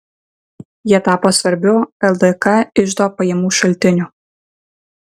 jie tapo svarbiu ldk iždo pajamų šaltiniu